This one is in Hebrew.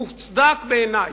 מוצדק בעיני.